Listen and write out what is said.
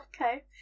Okay